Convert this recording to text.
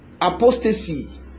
apostasy